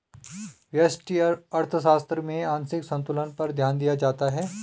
व्यष्टि अर्थशास्त्र में आंशिक संतुलन पर ध्यान दिया जाता है